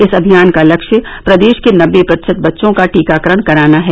इस अभियान का लक्ष्य प्रदेश के नबे प्रतिशत बच्चों का टीकाकरण कराना है